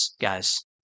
guys